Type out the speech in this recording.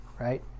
right